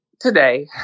Today